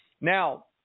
Now